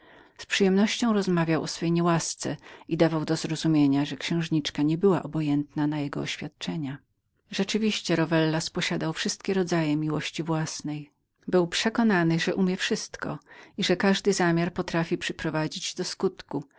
z przyjemnością więc rozmawiał o swojej niełasce i dawał do zrozumienia że księżniczka nie była obojętną na jego oświadczenia rzeczywiście rowellas posiadał wszystkie rodzaje miłości własnej był przekonanym że umiał wszystko i że każdy zamiar potrafił przyprowadzić do skutku